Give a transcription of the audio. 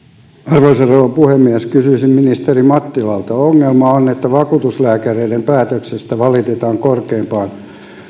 arvoisa rouva puhemies kysyisin ministeri mattilalta ongelma on että vakuutuslääkäreiden päätöksistä valitetaan korkeimpaan